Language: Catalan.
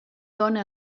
dona